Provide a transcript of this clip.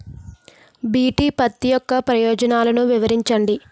BT పత్తి యొక్క ప్రయోజనాలను వివరించండి?